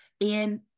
and-